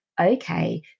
okay